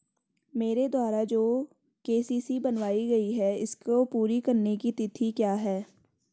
मेरे द्वारा जो के.सी.सी बनवायी गयी है इसको पूरी करने की तिथि क्या है?